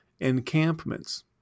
encampments